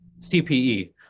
CPE